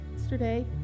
yesterday